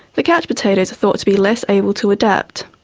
the couch potatoes are thought to be less able to adapt.